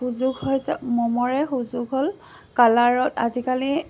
সুযোগ হৈছে মমৰে সুযোগ হ'ল কালাৰত আজিকালি